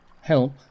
help